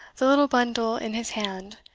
the little bundle in his hand,